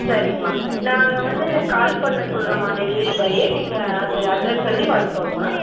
சரிங்கம்மா நாங்கள் வந்து கால் பண்ண சொல்லுறோம்மா டெலிவரி பாயை நீங்கள் அது அட்ரஸ் சொல்லி வாய்ங்க்கோங்கம்மா